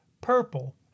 purple